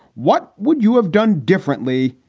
what would you have done differently?